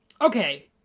Okay